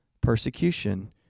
persecution